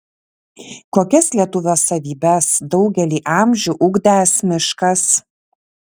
kokias lietuvio savybes daugelį amžių ugdęs miškas